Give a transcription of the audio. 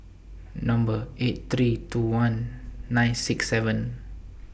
Number eight three two one nine six seven